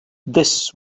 this